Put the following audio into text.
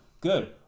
Good